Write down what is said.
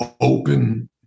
open